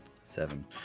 Seven